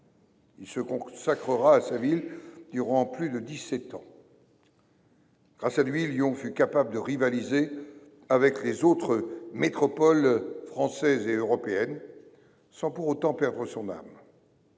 Il se consacrera à sa ville durant plus de dix sept ans. Grâce à lui, Lyon fut capable de rivaliser avec les autres métropoles françaises et européennes, sans pour autant perdre son âme.